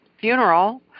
funeral